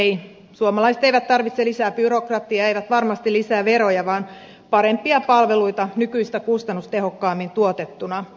suomalaiset eivät tarvitse lisää byrokratiaa eivät varmasti lisää veroja vaan parempia palveluita nykyistä kustannustehokkaammin tuotettuna